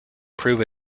proved